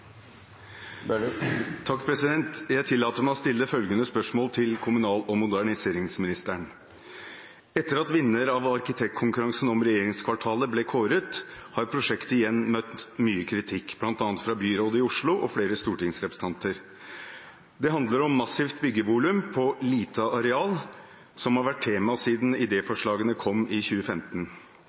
moderniseringsministeren: «Etter at vinneren av arkitektkonkurransen om regjeringskvartalet er kåret, har prosjektet igjen møtt mye kritikk, bl.a. fra byrådet i Oslo og flere stortingsrepresentanter. Det handler om massivt bygningsvolum på lite areal - som har vært tema siden idéforslagene kom i 2015.